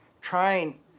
trying